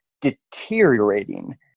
deteriorating